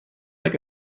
like